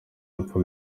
uko